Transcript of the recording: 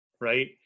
right